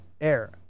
air